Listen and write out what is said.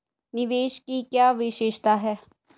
निवेश की क्या विशेषता है?